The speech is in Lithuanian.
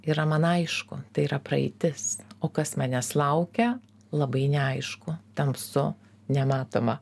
yra man aišku tai yra praeitis o kas manęs laukia labai neaišku tamsu nematoma